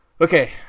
Okay